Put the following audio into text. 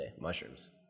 Mushrooms